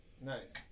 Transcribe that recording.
Nice